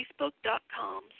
facebook.com